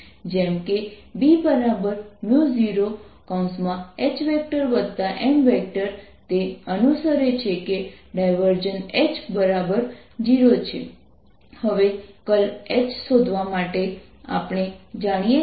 તેથી આપણે r ≥ R માટે σR ddzr R4π ln Rr લખી શકીએ છીએ